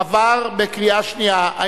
עברה בקריאה שנייה.